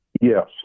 Yes